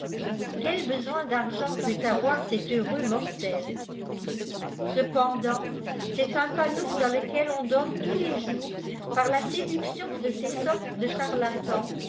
quel besoin d'argent peut avoir cet heureux mortel c cependant c'est un panneau fens lequel on donne tous les jours par i sjsduction e ces sortes de charlatans